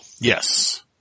Yes